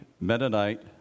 Mennonite